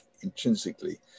intrinsically